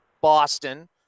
Boston